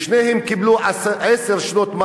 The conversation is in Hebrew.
ושניהם קיבלו עשר שנות מאסר.